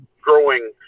growing